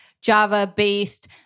Java-based